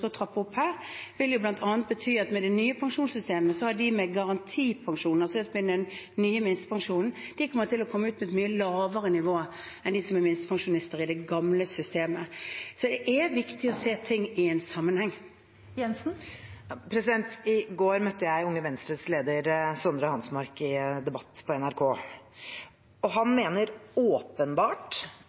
å trappe opp her, vil bl.a. bety at med det nye pensjonssystemet vil de med garantipensjoner, den nye minstepensjonen, komme ut med et mye lavere nivå enn de som er minstepensjonister i det gamle systemet, så det er viktig å se ting i en sammenheng. Det blir oppfølgingsspørsmål – først Siv Jensen. I går møtte jeg Unge Venstres leder, Sondre Hansmark, i debatt på NRK. Han mener åpenbart